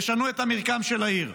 ישנו את המרקם של העיר.